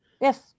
Yes